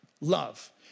love